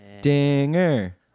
Dinger